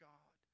God